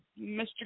Mr